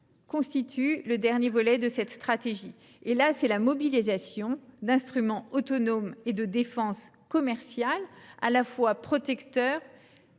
constitue le dernier volet de cette stratégie. Elle implique la mobilisation d'instruments autonomes et de défense commerciale qui soient à la fois protecteurs,